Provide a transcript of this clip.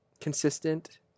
consistent